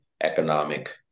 economic